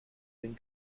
den